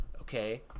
Okay